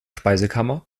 speisekammer